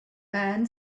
man